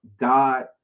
God